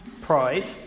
Pride